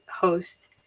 host